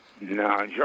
No